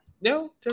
No